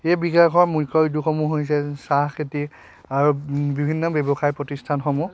সেই বিকাশৰ মূখ্য উদ্যোগসমূহ হৈছে চাহ খেতি আৰু বিভিন্ন ব্যৱসায় প্ৰতিষ্ঠানসমূহ